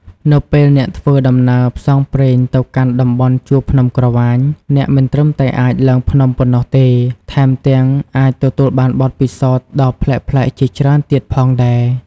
នៅពេលអ្នកធ្វើដំណើរផ្សងព្រេងទៅកាន់តំបន់ជួរភ្នំក្រវាញ អ្នកមិនត្រឹមតែអាចឡើងភ្នំប៉ុណ្ណោះទេ ថែមទាំងអាចទទួលបានបទពិសោធន៍ដ៏ប្លែកៗជាច្រើនទៀតផងដែរ។